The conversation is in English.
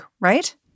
right